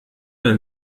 ein